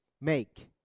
make